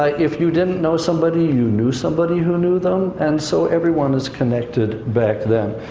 if you didn't know somebody, you knew somebody who knew them. and so everyone is connected back then.